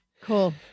Cool